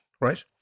right